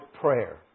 prayer